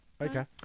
Okay